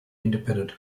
independent